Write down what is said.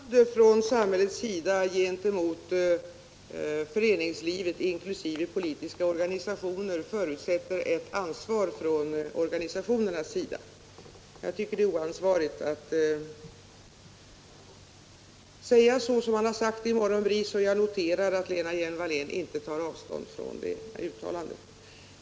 Herr talman! Ett förtroende från samhällets sida gentemot föreningslivet, inkl. politiska organisationer, förutsätter ett ansvar från organisationernas sida. Jag tycker att det är oansvarigt att säga så som man sagt i Morgonbris, och jag noterar att Lena Hjelm-Wallén inte tar avstånd från det uttalandet.